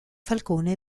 falcone